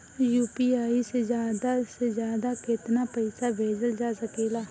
UPI से ज्यादा से ज्यादा केतना पईसा भेजल जा सकेला?